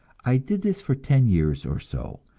i did this for ten years or so,